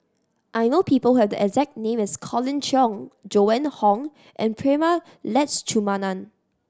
I know people who have the exact name as Colin Cheong Joan Hon and Prema Letchumanan